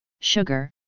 sugar